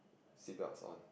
seat belts on